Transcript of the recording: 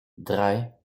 drei